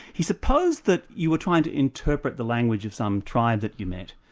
he supposed that you were trying to interpret the language of some tribe that you met,